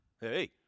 Hey